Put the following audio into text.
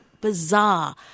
bizarre